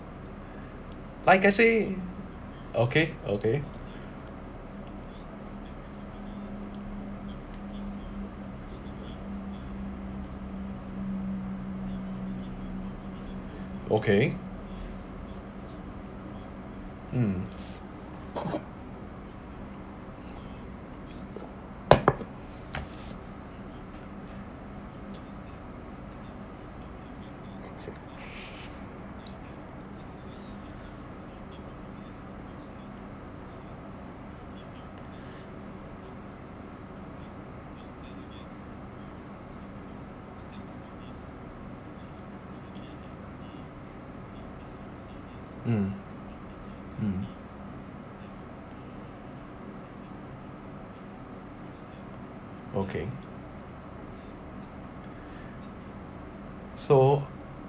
like I say okay okay okay mm mm mm okay so